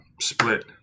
split